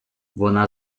вона